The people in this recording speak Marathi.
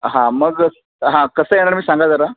हां मग हां कसं येणार मी सांगा जरा